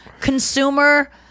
Consumer